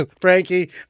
Frankie